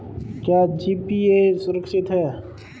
क्या जी.पी.ए सुरक्षित है?